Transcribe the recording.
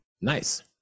nice